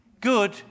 good